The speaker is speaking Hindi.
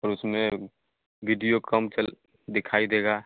और उसमें वीडियो कम चल दिखाई देगा